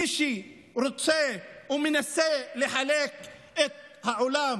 מי שרוצה ומנסה לחלק את העולם